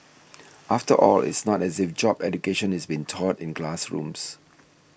after all it's not as if job education is been taught in classrooms